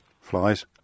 Flies